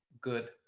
good